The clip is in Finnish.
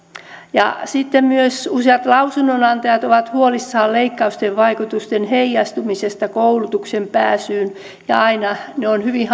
ja sitten useat lausunnonantajat ovat huolissaan myös leikkausten vaikutusten heijastumisesta koulutukseen pääsyyn ja aina se on hyvin